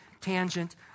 tangent